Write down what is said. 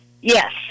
Yes